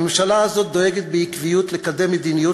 הממשלה הזאת דואגת בעקביות לקדם מדיניות